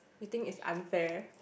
you think it's unfair